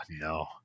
no